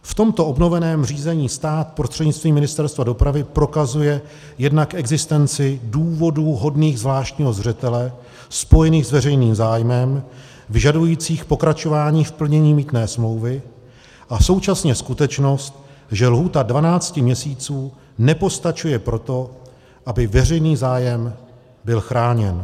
V tomto obnoveném řízení stát prostřednictvím Ministerstva dopravy prokazuje jednak existenci důvodů hodných zvláštního zřetele spojených s veřejným zájmem vyžadujících pokračování v plnění mýtné smlouvy a současně skutečnost, že lhůta dvanácti měsíců nepostačuje pro to, aby veřejný zájem byl chráněn.